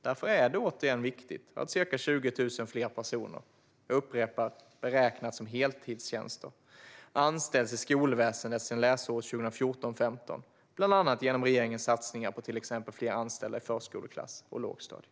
Därför är det, återigen, viktigt att ca 20 000 fler personer - jag upprepar att det är beräknat som heltidstjänster - anställts i skolväsendet sedan läsåret 2014/15, bland annat genom regeringens satsningar på till exempel fler anställda i förskoleklassen och lågstadiet.